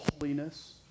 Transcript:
holiness